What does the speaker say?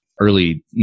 early